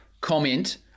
comment